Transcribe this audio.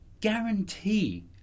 guarantee